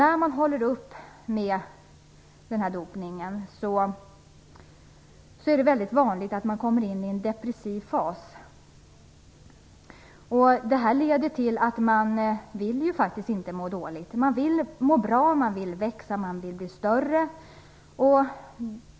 När man gör uppehåll i dopningen är det väldigt vanligt att man kommer in i en depressiv fas, och man vill ju faktiskt inte må dåligt. Man vill i stället må bra, växa och bli större.